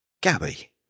Gabby